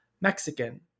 Mexican